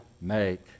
make